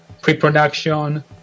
pre-production